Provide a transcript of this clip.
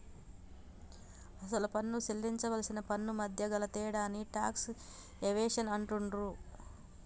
అసలు పన్ను సేల్లించవలసిన పన్నుమధ్య గల తేడాని టాక్స్ ఎవేషన్ అంటుండ్రు